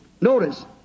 Notice